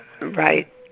Right